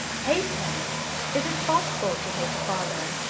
hate him is it possible to hate a father?